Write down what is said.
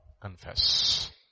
confess